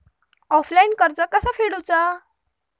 Offline कर्ज कसा फेडूचा?